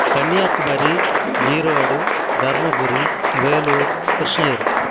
Kanyakumari Erode Dharmapuri Vellore Krishnagiri